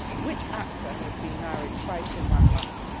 which actor has been married twice in one month?